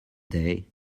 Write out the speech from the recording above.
day